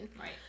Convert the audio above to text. Right